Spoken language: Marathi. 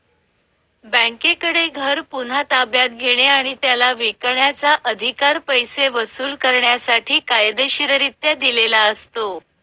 बँकेकडे घर पुन्हा ताब्यात घेणे आणि त्याला विकण्याचा, अधिकार पैसे वसूल करण्यासाठी कायदेशीररित्या दिलेला असतो